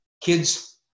Kids